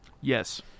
Yes